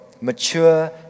mature